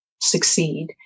succeed